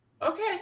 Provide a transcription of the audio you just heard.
Okay